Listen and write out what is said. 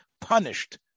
punished